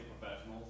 professionals